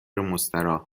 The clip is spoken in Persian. مستراح